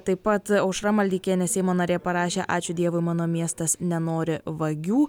taip pat aušra maldeikienė seimo narė parašę ačiū dievui mano miestas nenori vagių